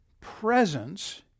presence